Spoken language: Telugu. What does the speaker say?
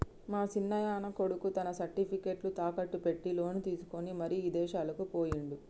మా సిన్నాయన కొడుకు తన సర్టిఫికేట్లు తాకట్టు పెట్టి లోను తీసుకొని మరి ఇదేశాలకు పోయిండు